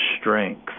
strength